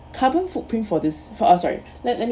carbon footprint for this for us right let let me